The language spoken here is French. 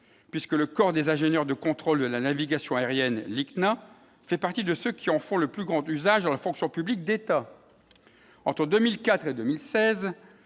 puisque le corps des ingénieurs de contrôle de la navigation aérienne n'a fait partie de ceux qui en font le plus grand usage dans la fonction publique d'État entre 2004 et 2016,